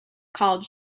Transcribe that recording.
college